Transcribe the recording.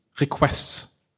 requests